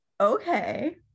okay